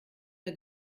der